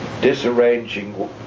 disarranging